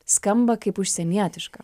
skamba kaip užsienietiška